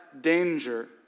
danger